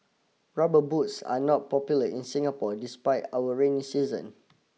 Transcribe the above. rubber boots are not popular in Singapore despite our rainy season